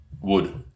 wood